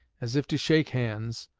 as if to shake hands,